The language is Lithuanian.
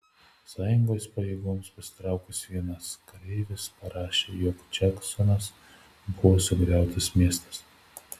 sąjungos pajėgoms pasitraukus vienas kareivis parašė jog džeksonas buvo sugriautas miestas